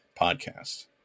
podcast